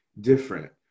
different